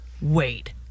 wait